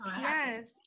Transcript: Yes